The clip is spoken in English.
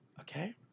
Okay